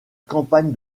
campagne